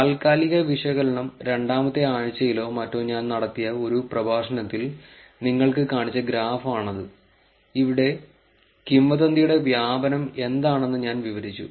താൽക്കാലിക വിശകലനം രണ്ടാമത്തെ ആഴ്ചയിലോ മറ്റോ ഞാൻ നടത്തിയ ഒരു പ്രഭാഷണത്തിൽ നിങ്ങൾക്ക് കാണിച്ച ഗ്രാഫ് ആണ് ഇത് അവിടെ കിംവദന്തിയുടെ വ്യാപനം എന്താണെന്ന് ഞാൻ വിവരിച്ചു